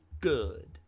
good